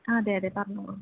ആ അതെ അതെ പറഞ്ഞോളൂ